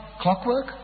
Clockwork